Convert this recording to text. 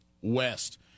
West